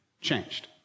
changed